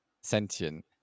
sentient